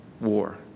war